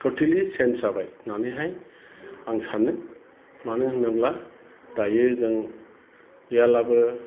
totally change जाबाय होननानैहाय आं सानो मानो होनोब्ला दायो जों गैयाब्लाबो